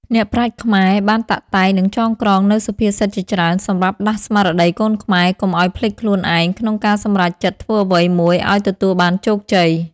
អ្នកប្រាជ្ញខ្មែរបានតាក់តែងនិងចងក្រងនូវសុភាសិតជាច្រើនសម្រាប់ដាស់ស្មារតីកូនខ្មែរកុំឲ្យភ្លេចខ្លួនឯង ក្នុងការសម្រេចចិត្តធ្វើអ្វីមួយឲ្យទទួលបានជោគជ័យ។